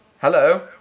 Hello